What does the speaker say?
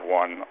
one